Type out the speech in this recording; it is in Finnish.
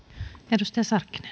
arvoisa